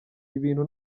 ibintu